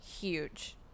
huge